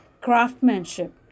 craftsmanship